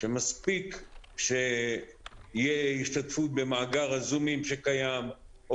מספיק שתהיה השתתפות במאגר הזומים שקיים או